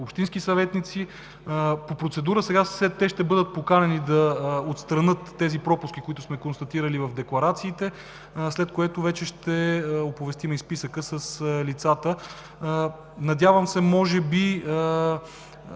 общински съветници. По процедура сега те ще бъдат поканени да отстранят тези пропуски, които сме констатирали в декларациите, след което вече ще оповестим и списъка с лицата. Надявам се може би